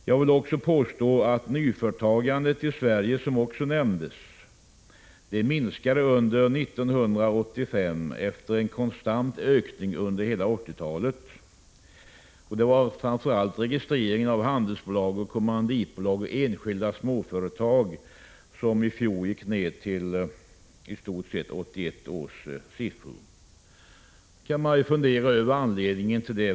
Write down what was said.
Jag vill också påstå att nyföretagandet i Sverige, som också nämndes, minskade under 1985 efter en konstant ökning under hela 1980-talet. Det var framför allt registreringen av handelsbolag, kommanditbolag och enskilda småföretag som i fjol gick ned till i stort sett 1981 års siffror. Man kan fundera över anledningen härtill.